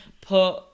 put